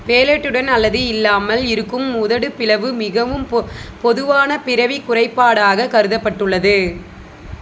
பேலெட்டுடன் அல்லது இல்லாமல் இருக்கும் உதடு பிளவு மிகவும் பொதுவான பிறவி குறைபாடாகக் கருதப்பட்டுள்ளது